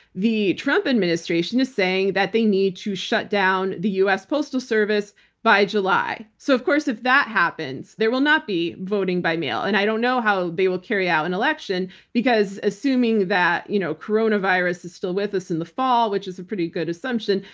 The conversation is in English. the trump administration is saying that they need to shut down the us postal service by july. so of course if that happens, there will not be voting by mail. and i don't know how they will carry out an election because assuming that you know coronavirus is still with us in the fall, which is a pretty good assumption,